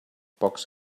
pocs